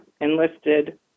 enlisted